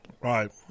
Right